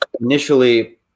Initially